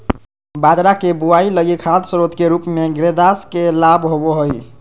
बाजरा के बुआई लगी खाद स्रोत के रूप में ग्रेदास के लाभ होबो हइ